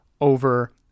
over